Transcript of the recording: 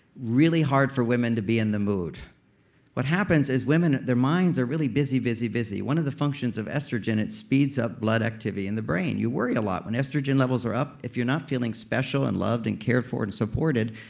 really hard for women to be in the mood what happens is, women, their minds are really busy, busy, busy. one of the functions of estrogen, it's speeds up blood activity in the brain. you worry a lot when estrogen levels are up, if you're not feeling special and loved and cared for and supported,